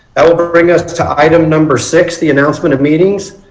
i will but bring us to to item number six, the announcement of meetings.